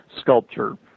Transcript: sculpture